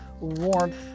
warmth